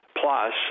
Plus